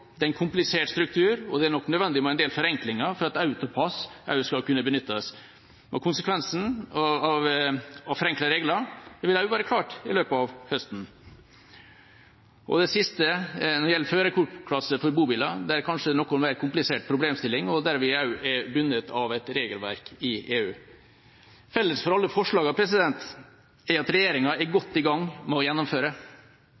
Det er en komplisert struktur, og det er nok nødvendig med en del forenklinger for at AutoPASS skal kunne benyttes. Konsekvensen av forenklede regler vil også være klar i løpet av høsten. Det siste gjelder førerkortklasse for bobiler. Det er en kanskje noe mer komplisert problemstilling, der vi også er bundet av et regelverk i EU. Felles for alle forslagene er at regjeringa er godt i gang med å gjennomføre.